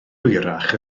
hwyrach